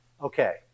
okay